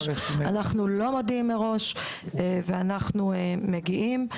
אנחנו לא מודיעים מראש ואנחנו מגיעים.